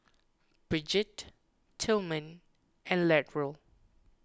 Brigitte Tilman and Latrell